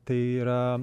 tai yra